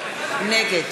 נגד